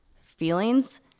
feelings